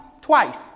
twice